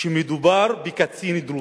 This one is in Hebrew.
שמדובר בקצין דרוזי.